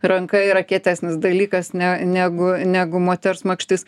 ranka yra kietesnis dalykas ne negu negu moters makštis